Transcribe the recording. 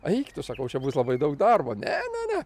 eik tu sakau čia bus labai daug darbo ne ne ne